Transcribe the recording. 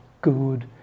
good